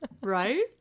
right